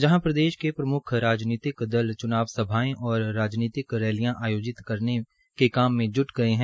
जहां प्रदेश के प्रम्ख राजनीतिक दल च्नाव सभाये और राजनीतिक रैलिया आयोजित करने के काम में ज्टे गये है